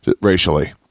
racially